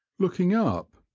looking up,